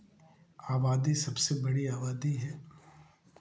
आबादी सबसे बड़ी आबादी है